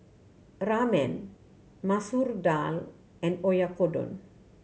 Ramen Masoor Dal and Oyakodon